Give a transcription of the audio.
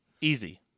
Easy